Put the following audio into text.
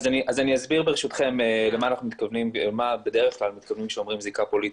אז אני אסביר ברשותכם למה בדרך כלל מתכוונים כשאומרים זיקה פוליטית.